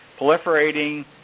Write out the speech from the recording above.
proliferating